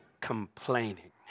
complaining